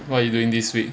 what are you doing this week